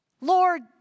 Lord